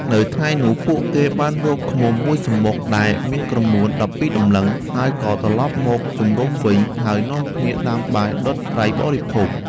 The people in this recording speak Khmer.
នៅថ្ងៃនោះ ពួកគេបានរកឃ្មុំមួយសំបុកដែលមានក្រមួន១២តម្លឹង ហើយក៏ត្រឡប់មកជំរំវិញ ហើយនាំគ្នាដាំបាយដុតត្រីបរិភោគ។